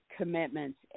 Commitments